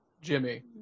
Jimmy